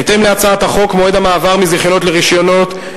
בהתאם להצעת החוק, מועד המעבר מזיכיונות לרשיונות,